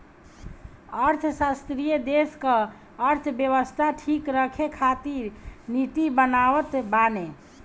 अर्थशास्त्री देस कअ अर्थव्यवस्था ठीक रखे खातिर नीति बनावत बाने